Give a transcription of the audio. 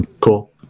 Cool